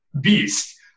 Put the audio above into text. beast